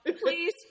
Please